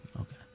Okay